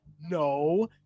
No